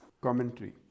Commentary